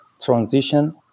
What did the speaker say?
transition